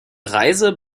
reise